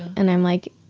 and i'm like,